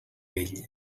ell